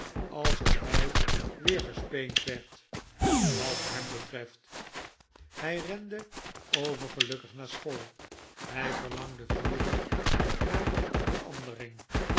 alsof hij weer gespeend werd wat hem betreft hij rende overgelukkig naar school hij verlangde vurig naar verandering